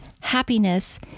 happiness